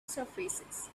surfaces